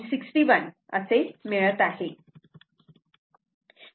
61 असे मिळते